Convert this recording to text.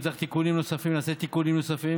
אם צריך תיקונים נוספים נעשה תיקונים נוספים